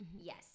Yes